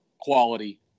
quality